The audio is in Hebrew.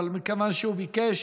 אבל מכיוון שהוא ביקש,